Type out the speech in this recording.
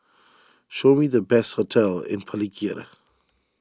show me the best hotels in Palikirna